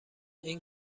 این